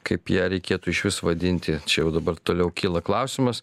kaip ją reikėtų išvis vadinti čia jau dabar toliau kyla klausimas